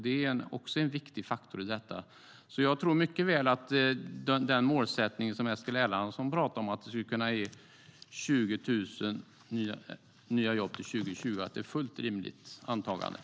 Det är också en viktig faktor.